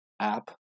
app